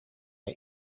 hij